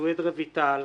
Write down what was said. סויד רויטל,